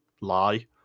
lie